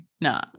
no